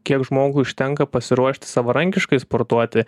kiek žmogui užtenka pasiruošti savarankiškai sportuoti